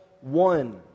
one